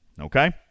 okay